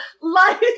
life